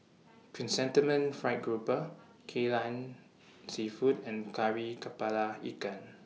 Chrysanthemum Fried Garoupa Kai Lan Seafood and Kari Kepala Ikan